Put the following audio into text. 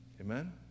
Amen